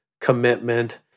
commitment